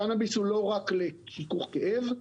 הקנביס הוא לא רק לשיכוך כאב,